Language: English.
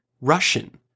Russian